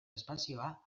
espazioa